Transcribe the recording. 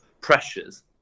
pressures